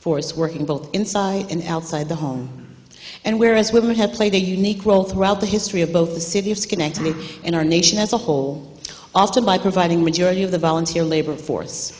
force working both inside and outside the home and whereas women have played a unique role throughout the history of both the city of schenectady in our nation as a whole often by providing majority of the volunteer labor force